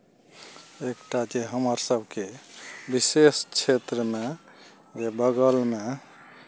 एकटा जे हमर सभके विशेष क्षेत्रमे जे बगलमे